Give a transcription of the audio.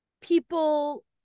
people